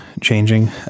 changing